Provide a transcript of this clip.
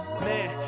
man